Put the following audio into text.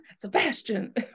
Sebastian